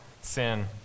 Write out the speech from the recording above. sin